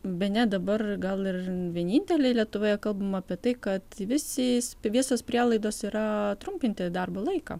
bene dabar gal ir vieninteliai lietuvoje kalbam apie tai kad visi visos prielaidos yra trumpinti darbo laiką